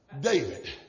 David